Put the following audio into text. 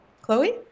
Chloe